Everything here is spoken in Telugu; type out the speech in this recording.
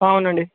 అవును అండి